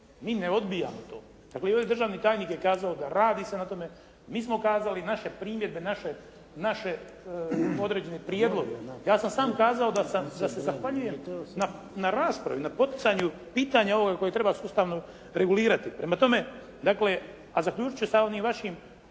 mi ne odbijamo to. Dakle, državni tajnik je kazao da radi se na tome, mi smo kazali, naš je primjer da naše određene prijedloge. Ja sam sam kazao da se zahvaljujem na raspravi, na poticanju pitanja ovoga koje treba sustavno regulirati. Prema tome, a zaključit ću sa onim vašim